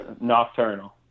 Nocturnal